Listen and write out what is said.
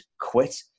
quit